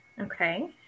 okay